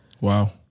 Wow